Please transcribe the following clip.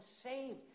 saved